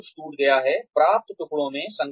तो सब कुछ टूट गया है प्राप्त टुकड़ों में